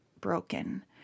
broken